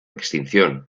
extinción